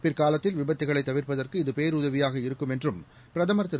பிற்காலத்தில் விபத்துகளை தவிர்ப்பதற்கு இது பேருதவியாக இருக்கு மென்றும் பிரதமர் திரு